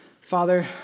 Father